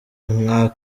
nka